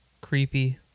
creepy